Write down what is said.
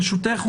ברשותך,